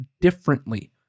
differently